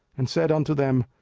and said unto them,